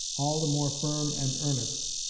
all the more firm and earnest,